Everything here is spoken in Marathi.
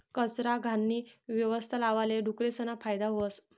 कचरा, घाणनी यवस्था लावाले डुकरेसना फायदा व्हस